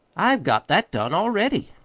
i've got that done already.